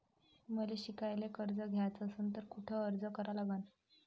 मले शिकायले कर्ज घ्याच असन तर कुठ अर्ज करा लागन?